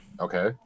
Okay